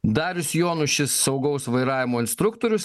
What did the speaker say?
darius jonušis saugaus vairavimo instruktorius